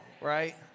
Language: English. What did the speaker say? right